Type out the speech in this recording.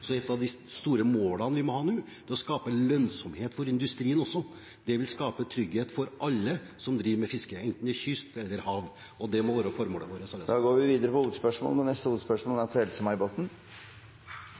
Så et av de store målene vi må ha nå, er å skape lønnsomhet for industrien også. Det vil skape trygghet for alle som driver med fiske, enten det er kyst eller hav, og det må være formålet vårt. Da går vi videre til neste hovedspørsmål.